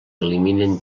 eliminen